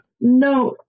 No